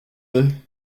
lait